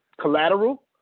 collateral